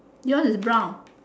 yours is brown